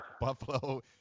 Buffalo